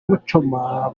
muchoma